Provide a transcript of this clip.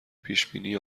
پیشبینی